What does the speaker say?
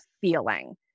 feeling